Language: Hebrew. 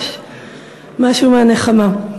יש משהו מהנחמה.